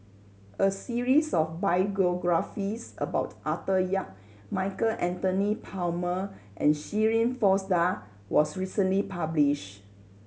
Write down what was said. a series of biographies about Arthur Yap Michael Anthony Palmer and Shirin Fozdar was recently published